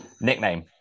Nickname